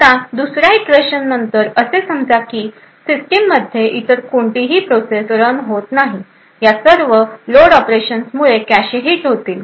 आता दुसर्या इटरेशननंतर असे समजा की सिस्टममध्ये इतर कोणतीही प्रोसेस रन होत नाही या सर्व लोड ऑपरेशन्समुळे कॅशे हिट होतील